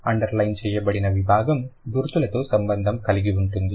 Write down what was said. underline చేయబడిన విభాగం గుర్తులతో సంబంధం కలిగి ఉంటుంది